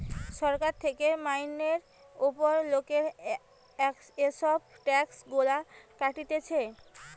সরকার থেকে মাইনের উপর লোকের এসব ট্যাক্স গুলা কাটতিছে